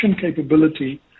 capability